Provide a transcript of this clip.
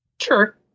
Sure